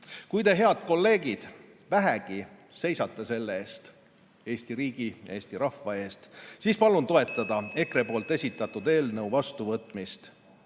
Kui te, head kolleegid, vähegi seisate selle eest, Eesti riigi ja eesti rahva eest, siis palun toetage EKRE esitatud eelnõu vastuvõtmist.